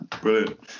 brilliant